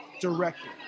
directly